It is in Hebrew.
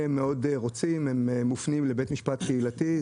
אם הם מאוד רוצים הם מופנים לבית משפט קהילתי.